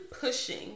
pushing